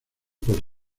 por